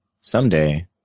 Someday